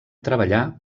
treballar